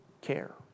care